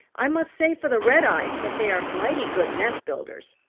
i must say for the redeyes that they are mighty good nest builders.